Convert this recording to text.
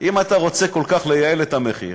אם אתה רוצה כל כך לייעל את המחיר,